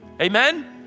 Amen